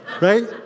right